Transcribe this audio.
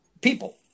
people